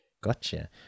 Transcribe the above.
gotcha